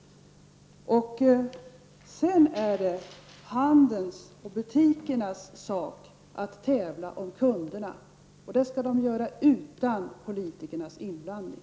Sedan är det handlens och butikernas sak att tävla om kunderna, och det skall de göra utan politikernas inblandning.